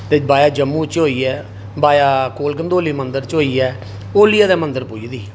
वाया जम्मू चा होइयै वाया कोल कंडोली मंदर च होइयै ओलिये दे मंदर पुजदी ही